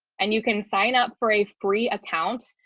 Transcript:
and you can sign up for a free account,